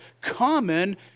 common